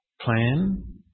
plan